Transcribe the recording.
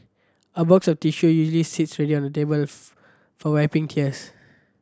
a box of tissue usually sits ready on table for wiping tears